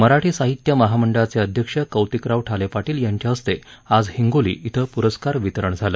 मराठी साहित्य महामंडळाचे अध्यक्ष कौतिकराव ठाले पाटील यांच्या हस्ते आज हिंगोली धिं पुरस्कार वितरण झालं